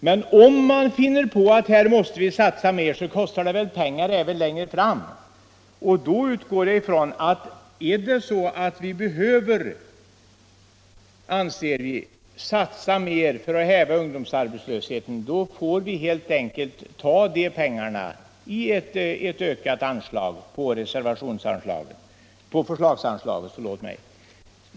Och om vi finner att vi måste satsa ännu mer, så kostar det ju pengar även längre fram, och då utgår jag ifrån att om vi anser oss tvungna att satsa mer för att häva ungdomsarbetslösheten, så får vi ta de pengarna från ett ökat förslagsanslag.